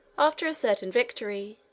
after a certain victory,